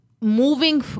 moving